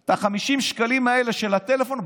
את ה-50 שקלים האלה של הטלפון,